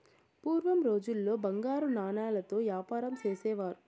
పూర్వం రోజుల్లో బంగారు నాణాలతో యాపారం చేసేవారు